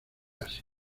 asia